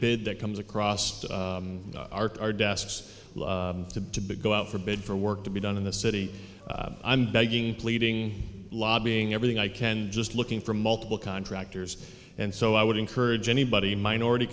bid that comes across to our desks to go out for bid for work to be done in the city i'm begging pleading lobbying everything i can just looking for multiple contractors and so i would encourage anybody minority